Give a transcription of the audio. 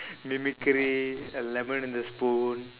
mimicry a lemon in the spoon